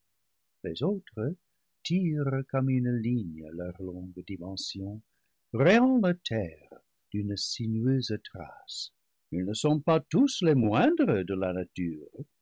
les autres tirent comme une ligne leur longue te dimension rayant la terre d'une sinueuse trace ils ne sont pas tous les moindres de la nature